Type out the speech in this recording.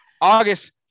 August